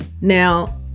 Now